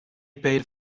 paid